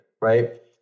right